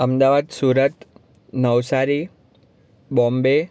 Ahmedabad Surat Navsari Bombay